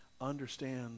understand